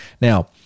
Now